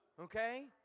Okay